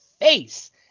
face